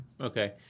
Okay